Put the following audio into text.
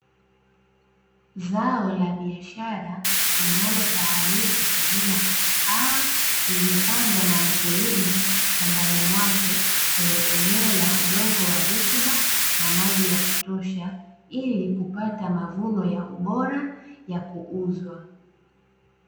Zao la biashara linalofahamika kwa jina la kahawa limepandwa na mkulima shambani mwake kwenye eneo la udongo wa rutuba na maji ya kutosha ili kupata mavuno ya ubora ya kuuuzwa.